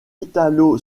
italo